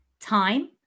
Time